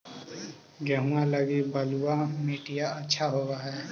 गेहुआ लगी बलुआ मिट्टियां अच्छा होव हैं?